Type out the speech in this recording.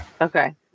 Okay